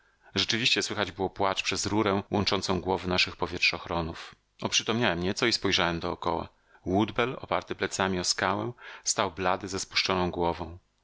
rzeczywiście słychać było płacz przez rurę łączącą głowy naszych powietrzochronów oprzytomniałem nieco i spojrzałem dokoła woodbell oparty plecami o skałę stał blady ze spuszczoną głową